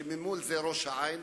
כשממול זה ראש-העין,